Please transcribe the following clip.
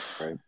Right